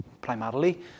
primarily